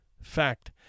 fact